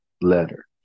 letter